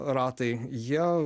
ratai jie